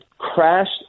crashed